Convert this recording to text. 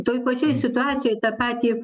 toj pačioj situacijoj tą patį